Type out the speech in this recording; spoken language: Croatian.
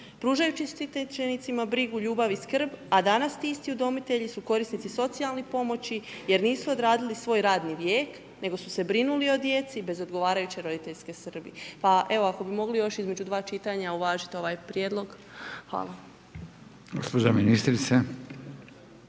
pružajući štićenicima brigu, ljubav i skrb a danas ti isti udomitelji su korisnici socijalne pomoći jer nisu odradili svoj radni vijek nego su se brinuli o djeci bez odgovarajuće roditeljske skrbi. Pa evo ako bi mogli još između dva čitanja uvažiti ovaj prijedlog, hvala.